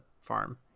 farm